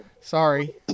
Sorry